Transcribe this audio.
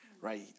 Right